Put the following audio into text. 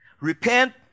Repent